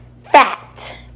fact